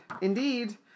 Indeed